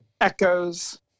Echoes